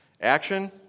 Action